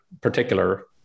particular